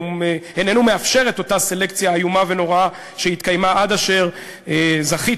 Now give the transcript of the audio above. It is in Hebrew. הוא אינו מאפשר את אותה סלקציה איומה ונוראה שהתקיימה עד אשר זכיתי,